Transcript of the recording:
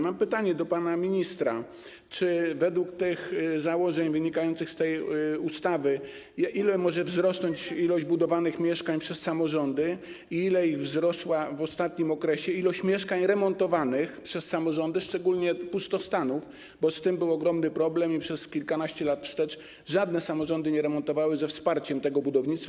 Mam pytanie do pana ministra, według założeń wynikających z tej ustawy, ile może wzrosnąć liczba budowanych mieszkań przez samorządy i ile wzrosła w ostatnim okresie liczba mieszkań remontowanych przez samorządy, szczególnie pustostanów, bo z tym był ogromny problem, przez kilkanaście lat wstecz żadne samorządy nie remontowały ze wsparciem tego budownictwa.